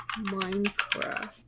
Minecraft